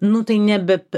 nu tai nebe žeminkit